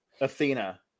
Athena